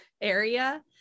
area